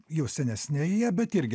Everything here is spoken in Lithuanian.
jau senesnėje bet irgi